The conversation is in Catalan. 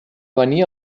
venir